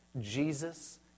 Jesus